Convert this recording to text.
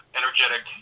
energetic